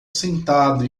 sentado